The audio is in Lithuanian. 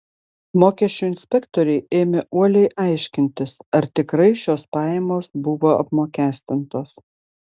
mokesčių inspektoriai ėmė uoliai aiškintis ar tikrai šios pajamos buvo apmokestintos